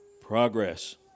progress